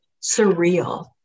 surreal